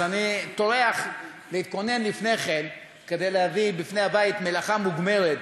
אז אני טורח להתכונן לפני כן כדי להביא בפני הבית מלאכה מוגמרת,